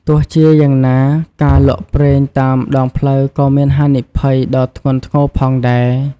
ទោះជាយ៉ាងណា ការលក់ប្រេងតាមដងផ្លូវក៏មានហានិភ័យដ៏ធ្ងន់ធ្ងរផងដែរ។